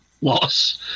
loss